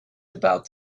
about